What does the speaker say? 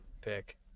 pick